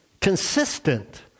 consistent